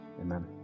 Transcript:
amen